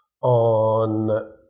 on